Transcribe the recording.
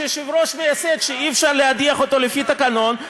יושב-ראש מייסד שאי-אפשר להדיח אותו לפי התקנון,